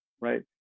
right